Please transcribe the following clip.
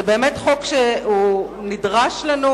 זה באמת חוק שנדרש לנו,